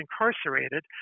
incarcerated